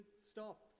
stop